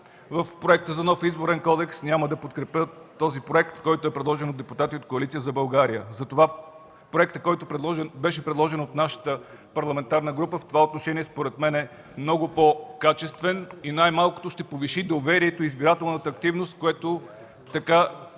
в Проекта за нов Изборен кодекс, няма да подкрепя този проект, който е предложен от депутати от Коалиция за България. Затова проектът, който беше предложен от нашата парламентарна група, в това отношение, според мен, е много по-качествен и най-малкото ще повиши доверието и избирателната активност, което така